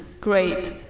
Great